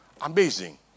Amazing